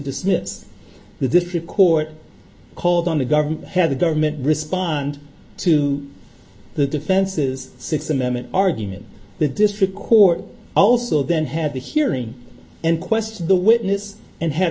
dismiss the district court called on the government had the government respond to the defense's sixth amendment argument the district court also then had the hearing and question the witness and ha